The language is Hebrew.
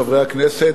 חברי הכנסת,